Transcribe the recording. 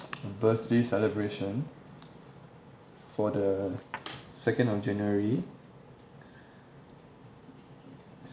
birthday celebration for the second of january